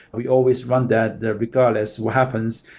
we always run that that regardless what happens.